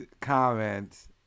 comments